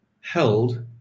held